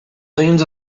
millions